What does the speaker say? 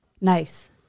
Nice